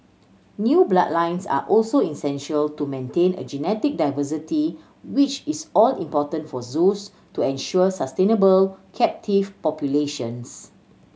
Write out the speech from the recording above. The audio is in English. new bloodlines are also essential to maintain a genetic diversity which is all important for zoos to ensure sustainable captive populations